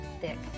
thick